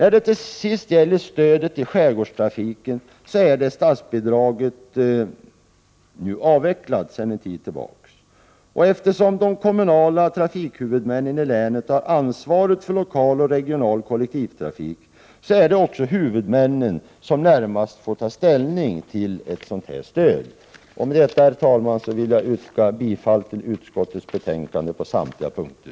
Så till sist stödet till skärgårdstrafiken. Statsbidraget till denna typ av trafik är avvecklat sedan en tid tillbaka. Och eftersom de kommunala trafikhuvudmännen i länen har ansvaret för lokal och regional kollektivtrafik, är det huvudmännen som närmast får ta ställning till ett sådant stöd. Med detta, herr talman, vill jag yrka bifall till utskottets hemställan på samtliga punkter.